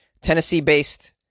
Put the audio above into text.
Tennessee-based